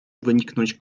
wyniknąć